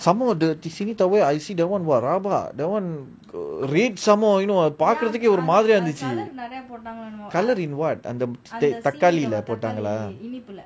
some more the சீனிதாவை:seenithova I see that [one] !wah! rabak that [one] red some more பாக்குறதுக்கே ஒரு மாறி இருந்துச்சி:paakurathuke oru maari irunthuchi coloured in what தாக்களில பொத்தான்களை:thakkalila potangala